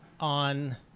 on